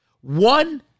One